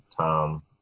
tom